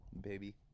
baby